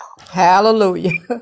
Hallelujah